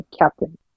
Captain